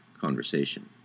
conversation